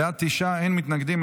בעד, תשעה, אין מתנגדים.